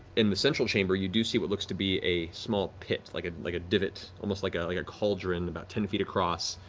in the central chamber, you do see what looks to be a small pit, like like a divot. almost like ah a yeah cauldron, about ten feet across.